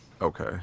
Okay